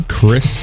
Chris